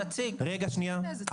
שנייה,